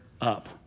up